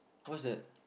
what's that